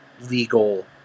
legal